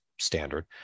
standard